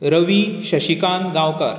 Ravi Shashikant Gaonkar